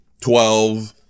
twelve